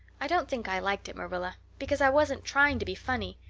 i don't think i liked it, marilla, because i wasn't trying to be funny.